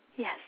Yes